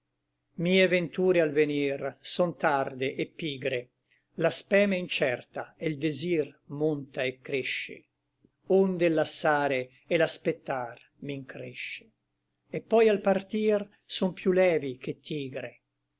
mie venture al venir son tarde et pigre la speme incerta e l desir monta et cresce onde e l lassare et l'aspectar m'incresce et poi al partir son piú levi che tigre